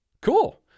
cool